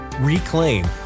reclaim